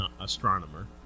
astronomer